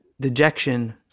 dejection